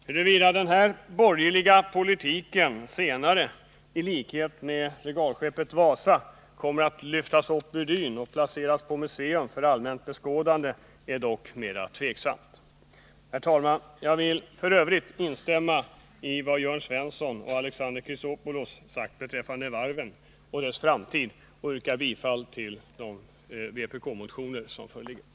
Huruvida denna borgerliga politik senare, i likhet med regalskeppet Wasa, kommer att lyftas upp ur dyn och placeras på museum för allmänt beskådande är dock mer tveksamt. Herr talman! Jag vill i övrigt instämma i vad Jörn Svensson och Alexander Chrisopoulos sagt beträffande varven och deras framtid samt yrka bifall till de vpk-motioner som föreligger.